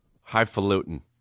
Highfalutin